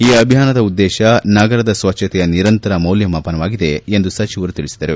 ಈ ಅಭಿಯಾನದ ಉದ್ದೇಶ ನಗರದ ಸ್ವಚ್ಛತೆಯ ನಿರಂತರ ಮೌಲ್ಯಮಾಪನವಾಗಿದೆ ಎಂದು ಸಚಿವರು ತಿಳಿಸಿದ್ದಾರೆ